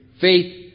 Faith